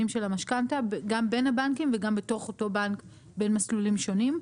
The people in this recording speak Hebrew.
של המשכנתא גם בין הבנקים וגם בתוך אותו בנק בין מסלולים שונים.